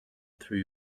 through